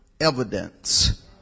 evidence